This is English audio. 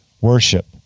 worship